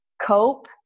cope